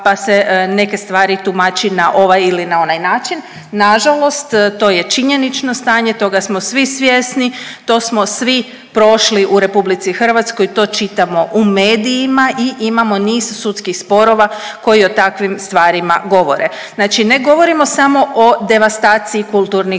pa se neke stvari tumači na ovaj ili na onaj način. Na žalost to je činjenično stanje, toga smo svi svjesni, to smo svi prošli u Republici Hrvatskoj, to čitamo u medijima i imamo niz sudski sporova koji o takvim stvarima govore. Znači ne govorimo samo o devastaciji kulturnih